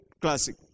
classic